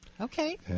Okay